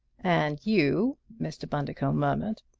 and you, mr. bundercombe murmured,